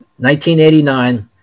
1989